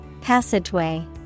Passageway